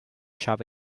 shop